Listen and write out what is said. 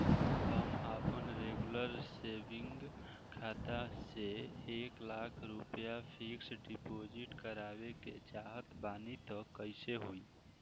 हम आपन regular saving खाता से एक लाख रुपया फिक्स डिपॉज़िट करवावे के चाहत बानी त कैसे होई?